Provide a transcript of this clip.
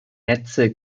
netze